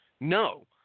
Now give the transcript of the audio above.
No